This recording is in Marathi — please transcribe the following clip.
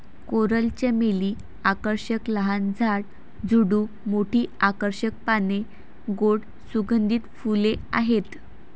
कोरल चमेली आकर्षक लहान झाड, झुडूप, मोठी आकर्षक पाने, गोड सुगंधित फुले आहेत